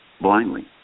blindly